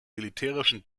militärischen